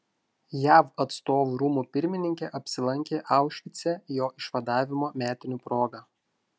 jav atstovų rūmų pirmininkė apsilankė aušvice jo išvadavimo metinių proga